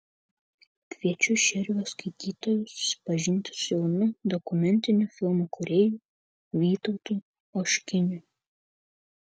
kviečiu širvio skaitytojus susipažinti su jaunu dokumentinių filmų kūrėju vytautu oškiniu